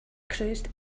cruised